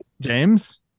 James